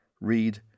Read